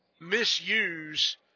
misuse